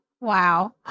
Wow